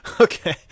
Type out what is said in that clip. Okay